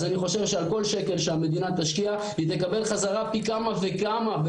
אז אני חושב שעל כל שקל שהמדינה תשקיע היא תקבל חזרה פי כמה וכמה,